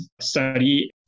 study